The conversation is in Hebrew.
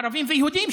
ערבים ויהודים,